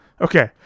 okay